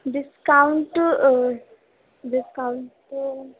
discount discount تو